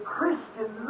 Christian